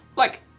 like,